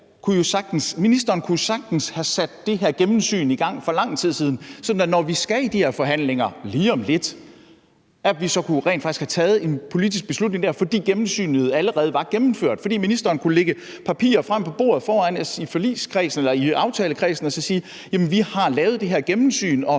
flertal, kunne sagtens have sat det her gennemsyn i gang for lang tid siden – det kunne ministeren have gjort – sådan at vi, når vi skal have de her forhandlinger lige om lidt, rent faktisk kunne tage en politisk beslutning der, fordi gennemsynet allerede var gennemført, og fordi ministeren kunne lægge papirer frem på bordet foran aftalekredsen og så sige: Jamen vi har lavet det her gennemsyn, og